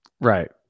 Right